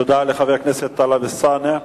תודה לחבר הכנסת טלב אלסאנע.